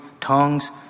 tongues